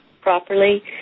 properly